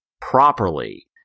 properly